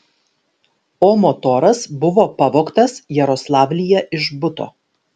o motoras buvo pavogtas jaroslavlyje iš buto